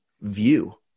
view